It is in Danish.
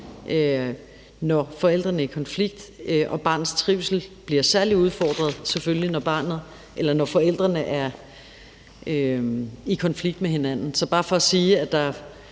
når forældrene er i konflikt. Og barnets trivsel bliver selvfølgelig særlig udfordret, når forældrene er i konflikt med hinanden. Så det er bare for at sige, at der